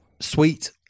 sweet